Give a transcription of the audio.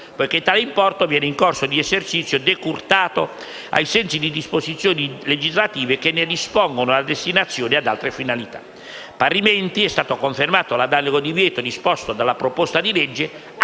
poiché tale importo viene in corso di esercizio decurtato ai sensi di disposizioni legislative che ne dispongono la destinazione ad altre finalità. Parimenti è stato confermato l'analogo divieto disposto dalla proposta di legge